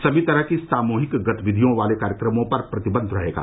सभी तरह की सामूहिक गतिविधियों वाले कार्यक्रमों पर प्रतिबन्ध रहेगा